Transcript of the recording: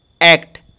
act